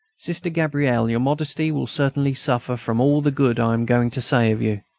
sister gabrielle, your modesty will certainly suffer from all the good i am going to say of you.